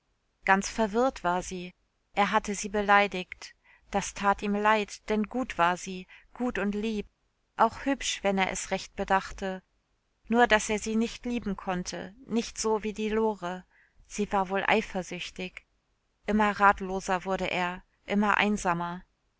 ganz verwirrt war sie er hatte sie beleidigt das tat ihm leid denn gut war sie gut und lieb auch hübsch wenn er es recht bedachte nur daß er sie nicht lieben konnte nicht so wie die lore sie war wohl eifersüchtig immer ratloser wurde er immer einsamer